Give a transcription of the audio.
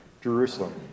Jerusalem